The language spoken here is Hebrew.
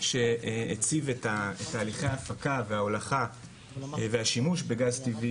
שהציב את תהליכי ההפקה וההולכה והשימוש בגז טבעי